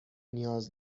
نیاز